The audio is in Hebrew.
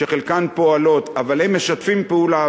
שחלקן פועלות אבל הם משתפים פעולה,